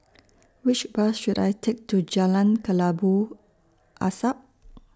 Which Bus should I Take to Jalan Kelabu Asap